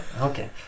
Okay